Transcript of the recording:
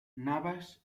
navas